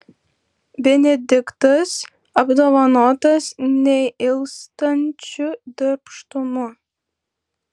benediktas apdovanotas neilstančiu darbštumu